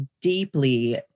deeply